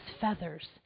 feathers